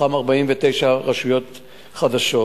מתוכן 49 רשויות חדשות.